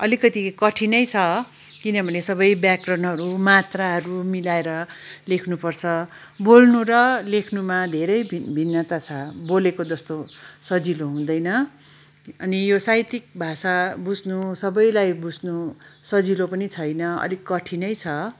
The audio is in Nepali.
अलिकति कठिनै छ किनभने सबै व्याकरणहरू मात्राहरू मिलाएर लेख्नु पर्छ बोल्नु र लेख्नुमा धेरै भिन्नता छ बोलेको जस्तो सजिलो हुँदैन अनि यो साहित्यिक भाषा बुझ्नु सबैलाई बुझ्नु सजिलो पनि छैन अलिक कठिनै छ